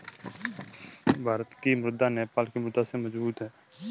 भारत की मुद्रा नेपाल की मुद्रा से मजबूत है